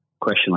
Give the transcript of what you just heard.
question